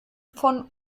von